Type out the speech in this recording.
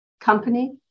company